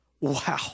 Wow